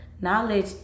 Knowledge